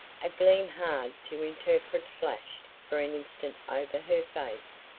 a gleam hard to interpret flashed for an instant over her face.